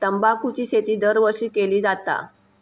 तंबाखूची शेती दरवर्षी केली जाता